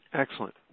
Excellent